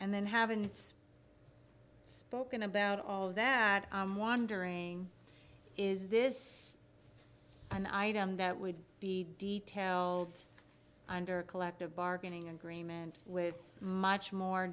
and then haven't spoken about all that wandering is this an item that would be detailed under a collective bargaining agreement with much more